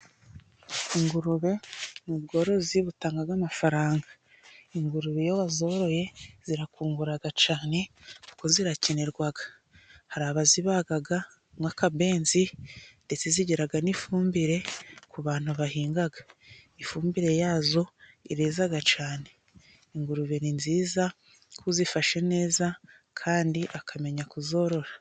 Ingurube ni ubworozi butanga amafaranga. Ingurube iyo wazoroye zirakungura cyane kuko zirakenerwa. Hari abazibaga mo akabenzi ndetse zigira n'ifumbire ku bantu bahinga. Ifumbire yazo yeza cyane. Ingurube nziza kuzifashe neza kandi akamenya kuzorora.